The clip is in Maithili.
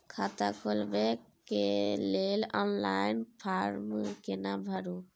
खाता खोलबेके लेल ऑनलाइन फारम केना भरु?